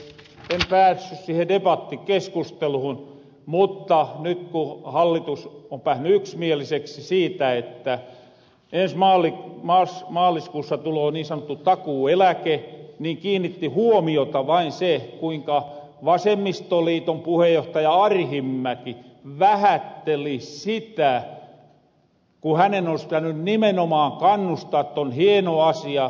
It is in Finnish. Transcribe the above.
en päässy siihen debattikeskusteluhun mutta nyt ku hallitus on päässy yksimieliseksi siitä että ensi maaliskuussa tuloo niin sanottu takuueläke niin kiinnitti huomiota vain se kuinka vasemmistoliiton puheenjohtaja arhinmäki vähätteli sitä ku hänen olis pitäny nimenomaan kannustaa että on hieno asia